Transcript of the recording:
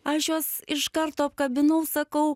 aš juos iš karto apkabinau sakau